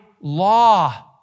law